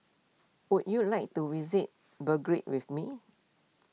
would you like to visit Belgrade with me